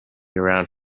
around